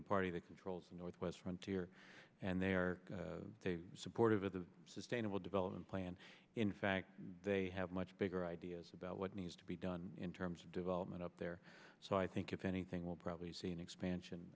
the party that controls the northwest frontier and they are supportive of the sustainable development plan in fact they have much bigger ideas about what needs to be done in terms of development up there so i think if anything we'll probably see an expansion